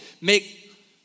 make